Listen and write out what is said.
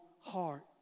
heart